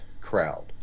crowd